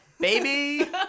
baby